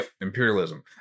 imperialism